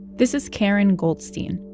this is karen goldsteen.